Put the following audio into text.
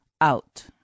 out